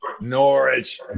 Norwich